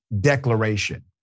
declaration